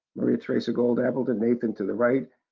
maria teresa gold appleton, nathan to the right.